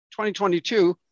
2022